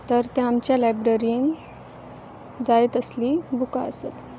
तर ते आमच्या लायब्ररीन जाय तसलीं बुकां आसत